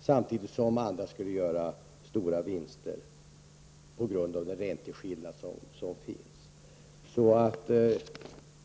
samtidigt som andra skulle göra stora vinster på grund av den ränteskillnad som finns.